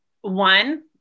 one